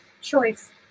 choice